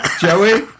Joey